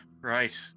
right